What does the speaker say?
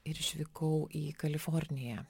ir išvykau į kaliforniją